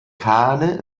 kane